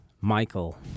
Michael